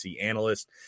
analyst